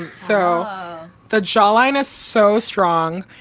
and so the jawline is so strong.